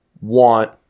want